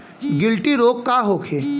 गिल्टी रोग का होखे?